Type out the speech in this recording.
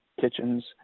kitchens